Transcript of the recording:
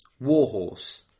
Warhorse